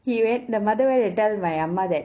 he went the mother went to tell my amma that